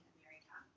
America